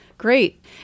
Great